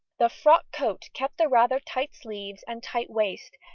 the frock-coat kept the rather tight sleeves and tight waist,